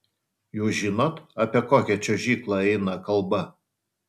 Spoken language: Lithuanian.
jūs žinot apie kokią čiuožyklą eina kalba